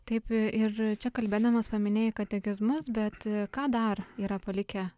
taip ir čia kalbėdamas paminėjai katekizmus bet ką dar yra palikę